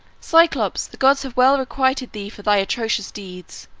cyclops, the gods have well requited thee for thy atrocious deeds.